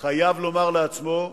חייב לומר לעצמו: